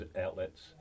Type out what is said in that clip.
outlets